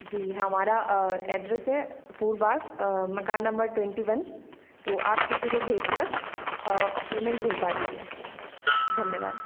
जी हमारा एड्रेस है फूल बाग मकान नंबर ट्वेंटी वन तो आप किसी को भेज कर पेमेंट भिजवा दीजिए धन्यवाद